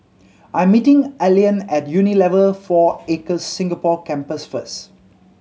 I am meeting Allean at Unilever Four Acres Singapore Campus first